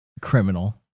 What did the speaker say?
criminal